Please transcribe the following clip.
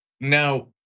now